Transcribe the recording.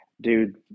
Dude